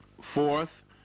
Fourth